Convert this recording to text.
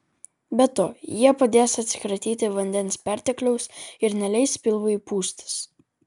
be to jie padės atsikratyti vandens pertekliaus ir neleis pilvui pūstis